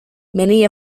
many